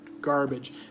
garbage